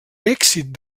èxit